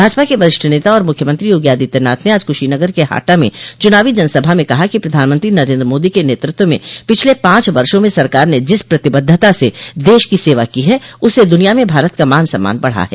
भाजपा के वरिष्ठ नेता और मुख्यमंत्री योगी आदित्यनाथ ने आज कुशीनगर के हाटा में चुनावी जनसभा में कहा कि प्रधानमंत्री नरेन्द्र मोदी के नेतृत्व में पिछले पांच वर्षो में सरकार ने जिस प्रतिबद्धता से देश की सेवा की है उससे द्रनिया में भारत का मान सम्मान बढ़ा है